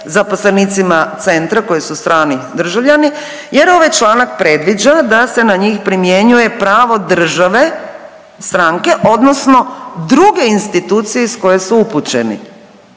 zaposlenicima centra koji su strani državljani jer ovaj članak predviđa da se na njih primjenjuje pravo države stranke odnosno druge institucije iz koje su upućeni,